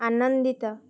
ଆନନ୍ଦିତ